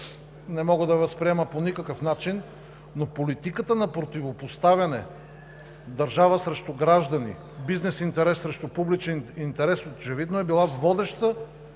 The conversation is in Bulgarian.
не мога да възприема по никакъв начин, но политиката на противопоставяне държава срещу граждани, бизнес интерес срещу публичен интерес очевидно е била водеща